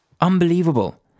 unbelievable